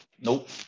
Nope